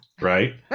right